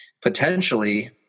potentially—